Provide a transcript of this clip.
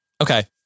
okay